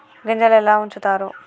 గింజలు ఎలా ఉంచుతారు?